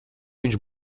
viņš